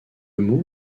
mot